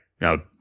now